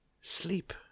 sleep